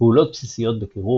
פעולות בסיסיות בקרוב,